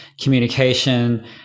communication